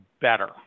better